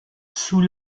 sous